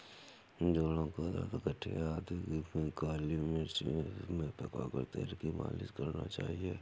जोड़ों का दर्द, गठिया आदि में काली मिर्च में पकाए तेल की मालिश करना चाहिए